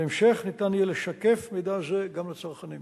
בהמשך ניתן יהיה לשקף מידע זה גם לצרכנים.